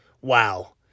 wow